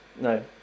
no